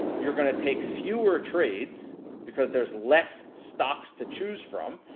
you're gonna take fewer trades, because there's less stocks to choose from.